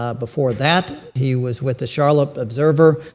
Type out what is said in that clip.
ah before that, he was with the charlotte observer,